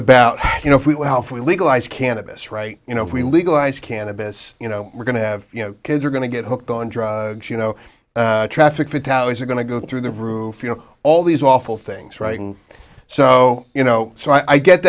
about you know how if we legalize cannabis right you know if we legalize cannabis you know we're going to have you know kids are going to get hooked on drugs you know traffic fatalities are going to go through the roof you know all these awful things writing so you know so i get